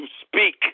speak